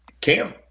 Cam